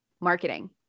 marketing